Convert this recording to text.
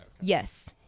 yes